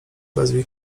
wezwij